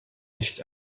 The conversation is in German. nicht